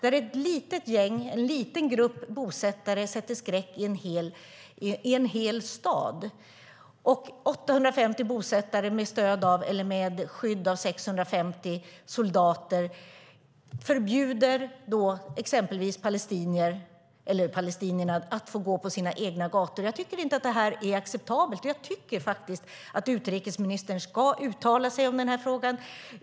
En liten grupp bosättare sätter skräck i en hel stad. 850 bosättare med skydd av 650 soldater förbjuder exempelvis palestinierna att gå på sina egna gator. Jag tycker inte att detta är acceptabelt. Jag tycker att utrikesministern ska uttala sig i denna fråga.